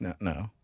no